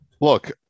Look